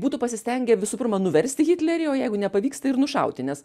būtų pasistengę visų pirma nuversti hitlerį o jeigu nepavyksta ir nušauti nes